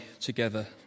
together